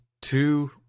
Two